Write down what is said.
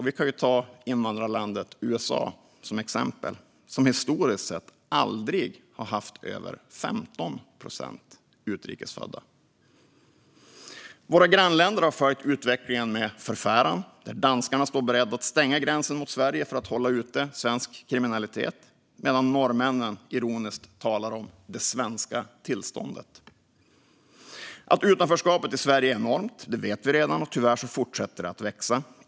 Vi kan ju ta som exempel invandrarlandet USA, som historiskt sett aldrig haft över 15 procent utrikesfödda. Våra grannländer har följt utvecklingen med förfäran. Danskarna står beredda att stänga gränsen mot Sverige för att hålla ute svensk kriminalitet medan norrmännen ironiskt talar om "det svenska tillståndet". Att utanförskapet i Sverige är enormt vet vi redan, och tyvärr fortsätter det att växa.